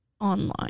online